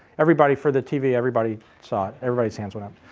everybody for the tv, everybody saw it, everybody's hands went up.